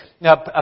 Now